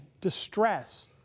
distress